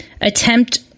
Attempt